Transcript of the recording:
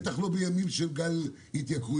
בטח לא בימים של גל התייקרויות.